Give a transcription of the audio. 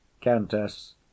Countess